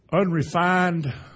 unrefined